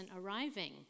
arriving